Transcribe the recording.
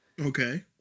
Okay